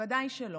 ודאי שלא.